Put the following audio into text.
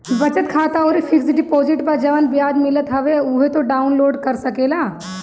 बचत खाता अउरी फिक्स डिपोजिट पअ जवन बियाज मिलत हवे उहो तू डाउन लोड कर सकेला